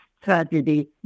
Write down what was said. tragedy